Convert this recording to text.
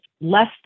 less